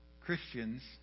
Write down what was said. Christians